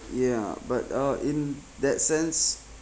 ya but uh in that sense